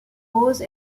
roses